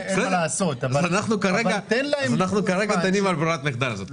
אנחנו כרגע דנים בברירת המחדל הזאת.